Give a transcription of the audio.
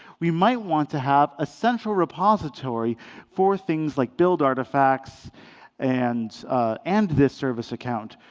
we might want to have a central repository for things like build artifacts and and this service account,